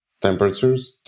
temperatures